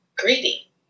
greedy